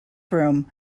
room